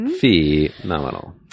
Phenomenal